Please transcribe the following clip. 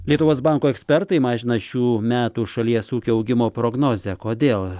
lietuvos banko ekspertai mažina šių metų šalies ūkio augimo prognozę kodėl